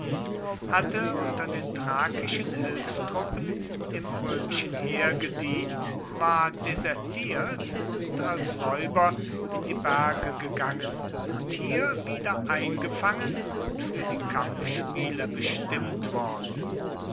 hatte unter den thrakischen hilfstruppen im römischen heer gedient war desertiert und als räuber in die berge gegangen und hier wiedereingefangen und für die kampfspiele bestimmt worden